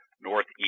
northeast